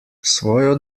svojo